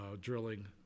drilling